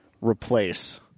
replace